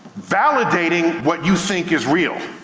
validating what you think is real.